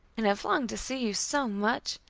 and have longed to see you so much.